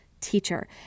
teacher